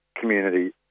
community